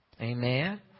Amen